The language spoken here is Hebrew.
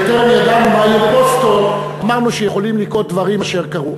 בטרם ידענו מה יהיה בבוסטון אמרנו שיכולים לקרות דברים אשר קרו,